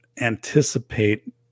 anticipate